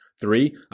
three